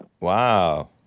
Wow